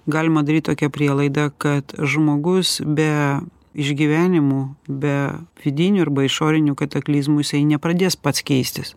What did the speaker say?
galima daryt tokią prielaidą kad žmogus be išgyvenimų be vidinių arba išorinių kataklizmų jisai nepradės pats keistis